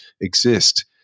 exist